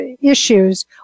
issues